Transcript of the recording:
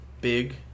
big